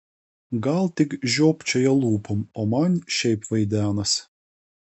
gal tik žiopčioja lūpom o man šiaip vaidenasi